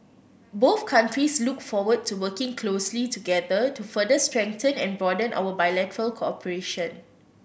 both countries look forward to working closely together to further strengthen and broaden our bilateral cooperation